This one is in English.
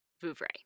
Vouvray